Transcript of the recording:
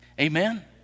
Amen